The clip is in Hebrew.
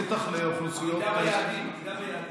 בטח לאוכלוסיות, בטח לאוכלוסיות, עמידה ביעדים,